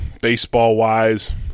Baseball-wise